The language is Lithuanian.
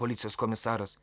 policijos komisaras